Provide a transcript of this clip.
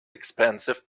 expensive